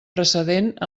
precedent